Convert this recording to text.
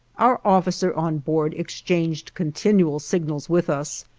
our officer on board exchanged continual signals with us,